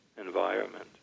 environment